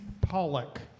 Pollock